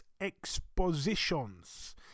Expositions